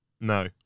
No